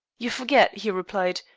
you forget, he replied,